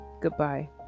Goodbye